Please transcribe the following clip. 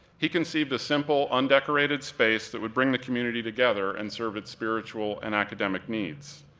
he conceived a simple, undecorated space that would bring the community together and serve its spiritual and academic needs.